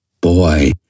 Boy